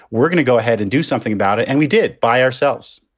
we're going to go ahead and do something about it. and we did by ourselves